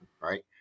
right